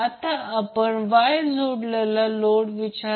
आता हा एक अतिशय मनोरंजक प्रॉब्लेम आहे